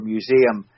Museum